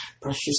precious